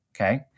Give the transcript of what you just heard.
Okay